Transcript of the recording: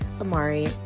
Amari